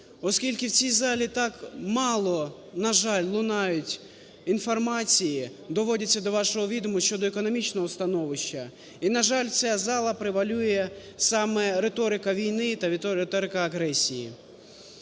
оскільки у цій залі так мало, на жаль, лунає інформації, доводиться до вашого відому щодо економічного становище, і, на жаль, у цій залі превалює саме риторика війни та риторика агресії.